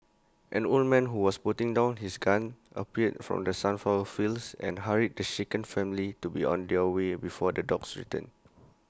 an old man who was putting down his gun appeared from the sunflower fields and hurried to shaken family to be on their way before the dogs return